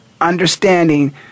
understanding